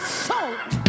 salt